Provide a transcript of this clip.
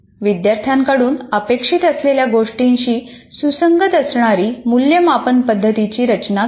विद्यार्थ्यांकडून अपेक्षित असलेल्या गोष्टींशी सुसंगत असणारी मूल्यमापन पद्धतीची रचना करणे